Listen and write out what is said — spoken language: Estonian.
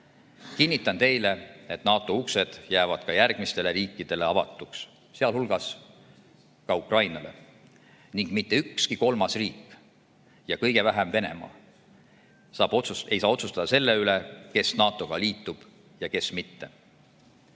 Kinnitan teile, et NATO uksed jäävad ka järgmistele riikidele avatuks, sealhulgas Ukrainale, ning mitte ükski kolmas riik, kõige vähem Venemaa, ei saa otsustada selle üle, kes NATO‑ga liitub ja kes mitte.